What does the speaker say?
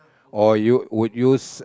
or you would use